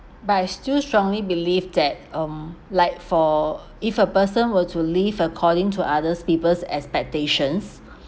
but I still strongly believe that um like for if a person were to live according to others people's expectations